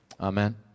Amen